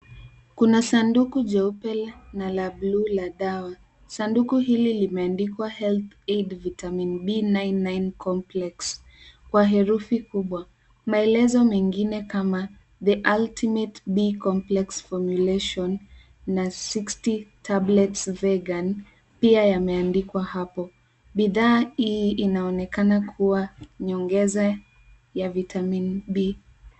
Kuna sanduku jeupe na la buluu. Sanduku hili limeandikwa HealthAid Vitamin B99 Complex kwa herufi kubwa. Maelezo mengine pia yameandikwa hapo. Bidhaa hii inaonekana kuwa nyongeza.